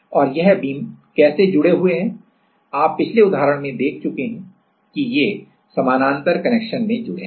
और यह बीम कैसे जुड़े हुए हैं आप पिछले उदाहरण में देख चुके हैं कि ये समानांतर कनेक्शन में जुड़े हैं